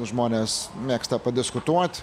žmonės mėgsta padiskutuot